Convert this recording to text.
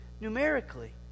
numerically